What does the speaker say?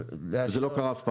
זה לא קרה אף פעם.